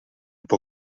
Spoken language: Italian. può